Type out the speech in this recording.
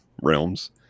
realms